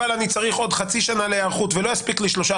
אבל אני צריך עוד חצי שנה להיערכות ולא אספיק תוך שלושה